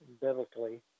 biblically